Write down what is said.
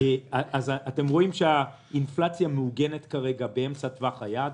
אתם רואים שהאינפלציה מעוגנת כרגע באמצע טווח היעד,